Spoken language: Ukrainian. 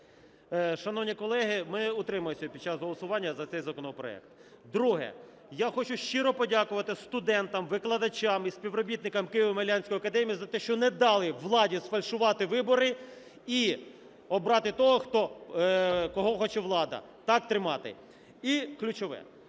Шановні колеги, ми утримаємося під час голосування за цей законопроект. Друге. Я хочу щиро подякувати студентам, викладачам і співробітникам Києво-Могилянської академії за те, що не дали владі сфальшувати вибори і обрати того, кого хоче влада. Так тримати! І ключове.